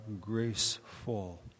graceful